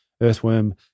Earthworm